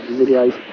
videos